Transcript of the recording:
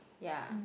ya